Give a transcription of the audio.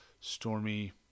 stormy